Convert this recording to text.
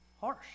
Harsh